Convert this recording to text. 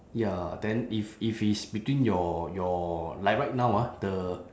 ya then if if it's between your your like right now ah the